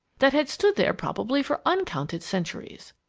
that had stood there probably for uncounted centuries.